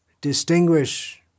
distinguish